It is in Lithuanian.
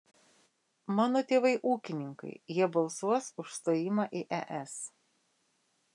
mano tėvai ūkininkai jie balsuos už stojimą į es